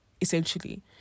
essentially